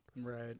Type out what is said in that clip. Right